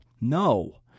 no